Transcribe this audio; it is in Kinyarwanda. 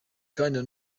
kandi